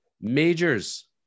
majors